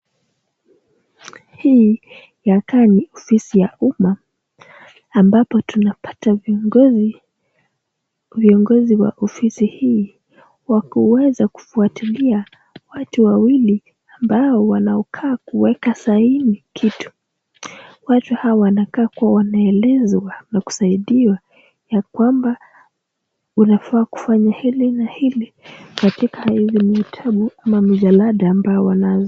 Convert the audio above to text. Hii inakaa ni ofisi ya huduma ambapo tunapata viongozi, viongozi wa ofisi hii wa kuweza kufuatilia watu wawili ambao wanaokaa kuweka saini kitu, watu hawa wanakaa kuwa wanaelezwa ama kusaidiwa ya kwamba unafaa kufanya hili na hili katika hii vitabu au vijalada ambao wanazo.